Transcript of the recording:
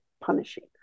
punishing